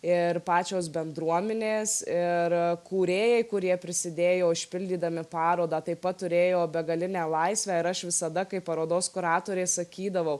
ir pačios bendruominės ir kūrėjai kurie prisidėjo užpildydami parodą taip pat turėjo begalinę laisvę ir aš visada kaip parodos kuratorė sakydavau